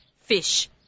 fish